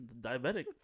Diabetic